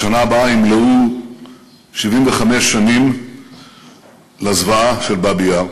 בשנה הבאה ימלאו 75 שנים לזוועה של באבי-יאר,